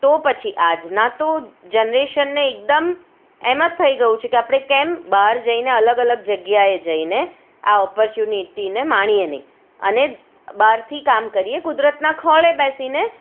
તો પછી આજના તો જનરેશનને તો એકદમ એમ જ થઈ ગયું છે કે આપણે કેમ બહાર જઈને અલગ અલગ જગ્યાએ જઈને આ ઓપર્ચ્યુનિટીને માણીએ નહીં અને બહારથી કામ કરીએ કુદરતના ખોળે બેસીને